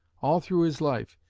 all through his life,